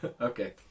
Okay